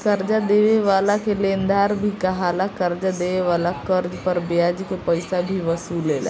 कर्जा देवे वाला के लेनदार भी कहाला, कर्जा देवे वाला कर्ज पर ब्याज के पइसा भी वसूलेला